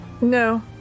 No